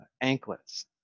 anklets